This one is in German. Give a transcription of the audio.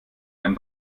einen